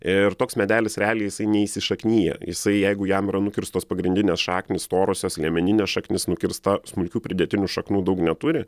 ir toks medelis realiai jisai neįsišaknija jisai jeigu jam yra nukirstos pagrindinės šaknys storosios liemeninė šaknis nukirsta smulkių pridėtinių šaknų daug neturi